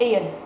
Ian